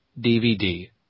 DVD